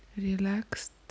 relaxed